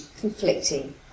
conflicting